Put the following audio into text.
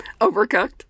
Overcooked